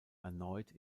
erneut